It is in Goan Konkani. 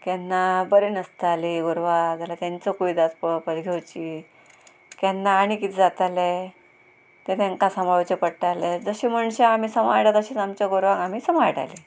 केन्ना बरें नासतालीं गोरवां जाल्यार तेंचो कुयदाद पळोवपाक घेवची केन्ना आनी कितें जातालें तें तेंकां सांबाळचें पडटालें जशें मणशांक आमी सांबाळटा तशेंच आमच्या गोरवांक आमी सांबाळटालीं